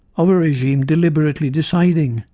of a regime deliberately deciding,